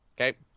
okay